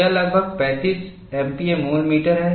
यह लगभग 35 एमपीए मूल मीटर है